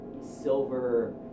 silver